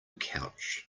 couch